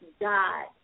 God